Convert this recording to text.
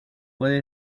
puede